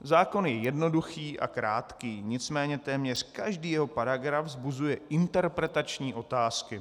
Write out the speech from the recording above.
Zákon je jednoduchý a krátký, nicméně téměř každý jeho paragraf vzbuzuje interpretační otázky.